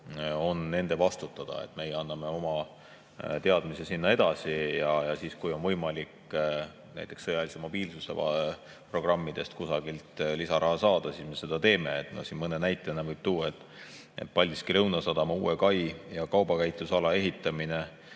on nende vastutada. Meie anname oma teadmise sinna edasi ja siis, kui on võimalik näiteks sõjalise mobiilsuse programmidest kusagilt lisaraha saada, me seda teeme. Siin mõne näitena võib tuua, et Paldiski Lõunasadama uue kai ja kaubakäitlusala ehitamine